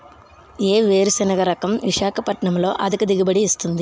ఏ వేరుసెనగ రకం విశాఖపట్నం లో అధిక దిగుబడి ఇస్తుంది?